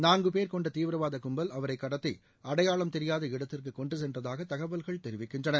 நான்குபேர் கொண்ட தீவிரவாத கும்பல் அவரைக் கடத்தி அடையாளம் தெரியாத இடத்திற்கு கொண்டுசென்றதாக தகவல்கள் தெரிவிக்கினற்ன